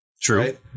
True